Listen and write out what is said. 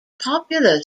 popular